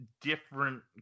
different